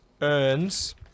earns